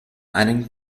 einen